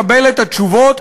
הזו מקדשת כל מה שנחשב לאום.